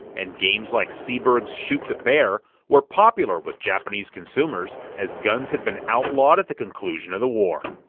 and games like seeburg's shoot the bear were popular with japanese consumers, as guns had been outlawed at the conclusion of the war.